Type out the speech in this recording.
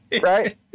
Right